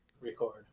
record